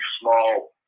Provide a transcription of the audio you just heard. small